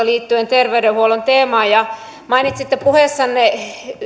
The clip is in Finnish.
liittyen terveydenhuollon teemaan ja mainitsitte puheessanne